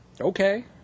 okay